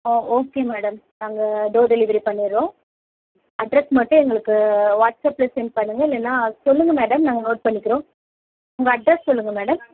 ஓ okay madam நாங்கள் door delivery பண்ணிடுறோம் address மட்டும் எங்களுக்கு வாட்ஸ்அப்பில் சென்ட் பண்ணுங்க இல்லைனா சொல்லுங்க மேடம் நாங்கள் நோட் பண்ணிக்கிறோம் உங்கள் அட்ரஸ் சொல்லுங்க மேடம்